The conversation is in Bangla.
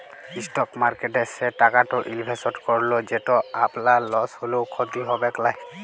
ইসটক মার্কেটে সে টাকাট ইলভেসেট করুল যেট আপলার লস হ্যলেও খ্যতি হবেক লায়